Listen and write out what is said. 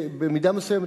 במידה מסוימת,